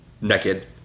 naked